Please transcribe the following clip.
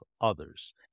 others